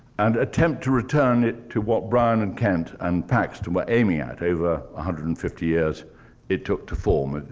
and attempt to return it to what brown, and kent, and paxton were aiming at over one hundred and fifty years it took to form.